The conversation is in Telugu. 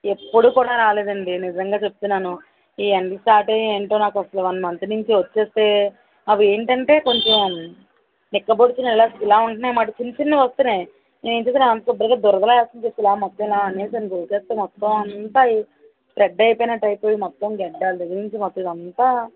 ఎప్పుడూ కూడా రాలేదండి నిజంగా చెప్తున్నాను ఈ ఎండలు స్టార్ట్ అయినాయి ఏంటో వన్ మంత్ నుంచి వచ్చేస్తే అవేంటంటే కొంచెం నిక్కబొడిచి ఇలా ఉంటన్నాయి మాట చిన్న చిన్నవి వస్తన్నాయి ఏంటిదిరా అని శుభ్రంగా దురదలా వస్తుంది అని చెప్పి ఇలా మొత్తం ఇలా అనేసాను గోకేస్తే మొత్తమంతా స్ప్రెడ్ అయిపోయినట్టు అయిపోయి మొత్తం గడ్డాలు నుంచి మొత్తం ఇదంతా